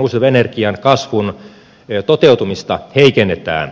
uusiutuvan energian kasvun toteutumista heikennetään